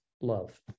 love